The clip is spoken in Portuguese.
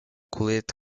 colete